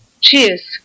Cheers